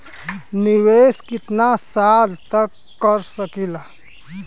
निवेश कितना साल तक कर सकीला?